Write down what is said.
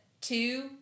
two